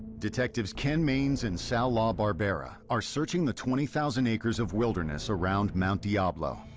detectives ken mains and sal labarbera are searching the twenty thousand acres of wilderness around mount diablo,